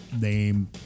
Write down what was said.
name